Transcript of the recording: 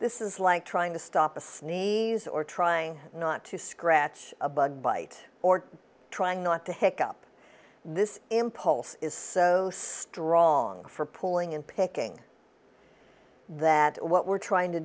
this is like trying to stop a sneeze or trying not to scratch a bug bite or trying not to hick up this impulse is so strong for pulling in picking that what we're trying to